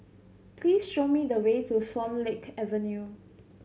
please show me the way to Swan Lake Avenue